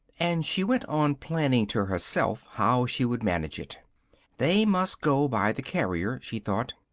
and she went on planning to herself how she would manage it they must go by the carrier, she thought,